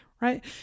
right